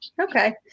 Okay